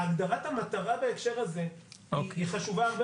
הגדרת המטרה בהקשר הזה היא חשובה הרבה